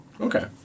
Okay